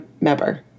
Member